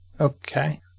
Okay